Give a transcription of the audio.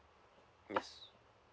yes